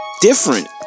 different